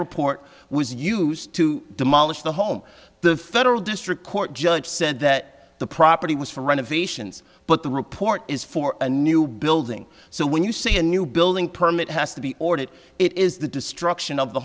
report was used to demolish the home the federal district court judge said that the property was for renovations but the report is for a new building so when you see a new building permit has to be ordered it is the destruction of the